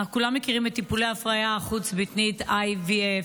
כולנו מכירים את טיפולי ההפריה החוץ-גופית, ה-IVF,